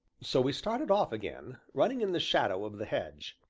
so we started off again, running in the shadow of the hedge.